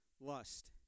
lust